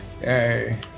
Yay